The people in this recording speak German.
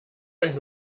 euch